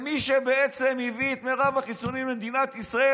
מי שבעצם הביא את מרב החיסונים למדינת ישראל